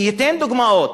וייתן דוגמאות.